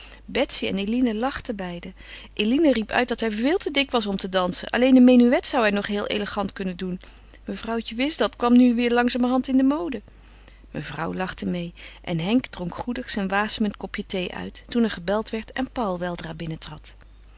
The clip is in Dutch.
en eline lachten beiden eline riep uit dat hij veel te dik was om te dansen alleen een menuet zou hij nog heel elegant kunnen doen mevrouwtje wist dat kwam nu weer langzamerhand in de mode mevrouw lachte meê en henk dronk goedig zijn wasemend kopje thee uit toen er gebeld werd en paul weldra